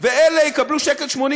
ואלה יקבלו 1.80,